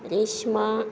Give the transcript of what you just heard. Reshma